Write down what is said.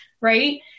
right